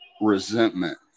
resentment